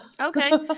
Okay